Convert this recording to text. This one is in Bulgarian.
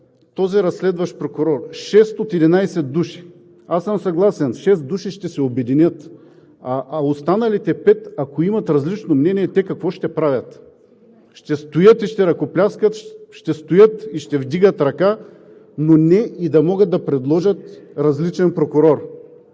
този разследващ прокурор – шест от 11 души. Аз съм съгласен, че шест души ще се обединят, а останалите пет, ако имат различно мнение, какво ще правят?! Ще стоят и ще ръкопляскат, ще стоят и ще вдигат ръка, но не ще могат да предложат различен прокурор.